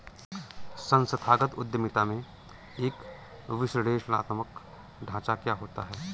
संस्थागत उद्यमिता में एक विश्लेषणात्मक ढांचा क्या होता है?